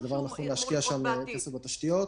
זה דבר נכון להשקיע שם כסף בתשתיות.